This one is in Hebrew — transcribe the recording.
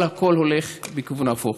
אבל הכול הולך לכיוון ההפוך.